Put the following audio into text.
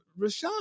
Rashawn